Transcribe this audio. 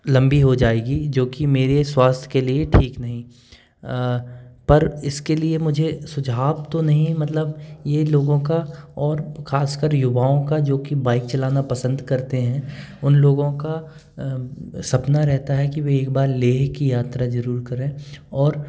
लम्बी हो जाएगी जो कि मेरे स्वास्थ्य के लिए ठीक नहीं पर इसके लिए मुझे सुझाव तो नहीं मतलब ये लोगों का और ख़ास कर युवाओं का जो कि बाइक चलाना पसंद करते हैं उन लोगों का सपना रहता है कि वे एक बार लेह की यात्रा ज़रूर करें और